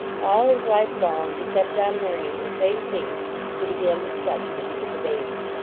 all his life long he kept on learning the same things he began to study when he was a baby.